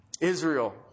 Israel